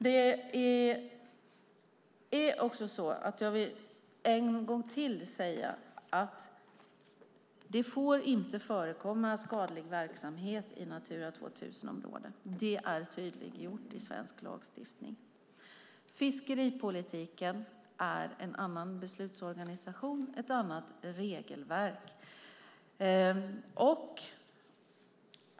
Jag vill än en gång säga att det inte får förekomma skadlig verksamhet i Natura 2000-områden. Det är tydliggjort i svensk lagstiftning. Fiskeripolitiken är en annan beslutsorganisation, ett annat regelverk.